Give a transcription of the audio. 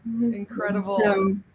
Incredible